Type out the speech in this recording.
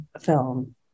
film